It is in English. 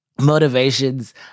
motivations